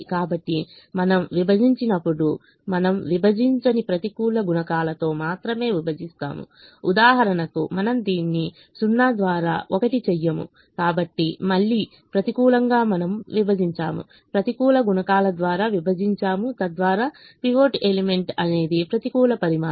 కాబట్టి మనం విభజించినప్పుడు మనం విభజించని ప్రతికూల గుణకాలతో మాత్రమే విభజిస్తాముఉదాహరణకుమనము దీన్ని 0 ద్వారా 1 చేయముకాబట్టి మళ్ళీ ప్రతికూలంగా మనము విభజించాము ప్రతికూల గుణకాల ద్వారా విభజించాము తద్వారా పైవట్ ఎలిమెంట్ అనేది ప్రతికూల పరిమాణం